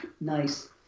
Nice